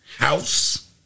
House